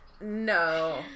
No